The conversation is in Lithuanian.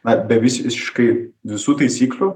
mat be visiškai visų taisyklių